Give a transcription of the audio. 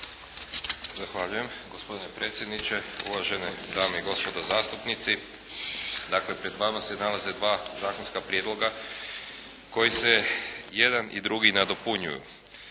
Zahvaljujem. Gospodine predsjedniče, uvaženi dame i gospodo zastupnici. Dakle pred vama se nalaze dva zakonska prijedloga koji se jedan i drugi nadopunjuju.